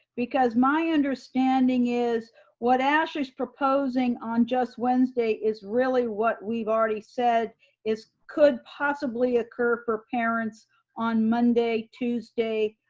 because my understanding is what ashley's proposing on just wednesday is really what we've already said is could possibly occur for parents on monday, tuesday,